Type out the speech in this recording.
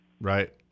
Right